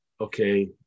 Okay